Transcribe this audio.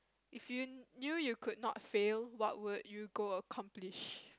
if you knew you could not fail what would you go accomplish